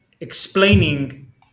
explaining